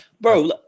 bro